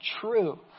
true